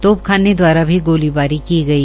तोपाखाने द्वारा भी गोलीबारी की गई